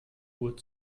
uhr